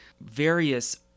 various